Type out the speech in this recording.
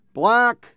black